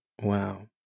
Wow